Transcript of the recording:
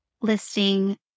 listing